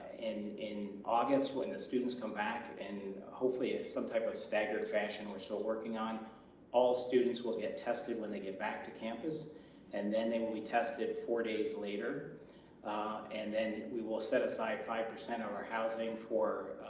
and in august when the students come back and hopefully it's some type of staggered fashion we're still working on all students will get tested when they get back to campus and then they when we tested four days later and then we will set aside five percent of our housing for